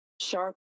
Sharp